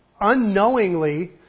unknowingly